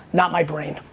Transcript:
not my brain.